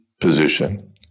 position